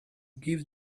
give